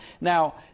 Now